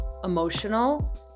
emotional